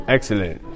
Excellent